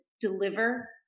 deliver